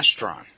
Astron